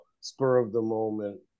spur-of-the-moment